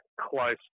close